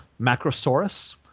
Macrosaurus